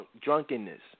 drunkenness